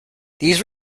these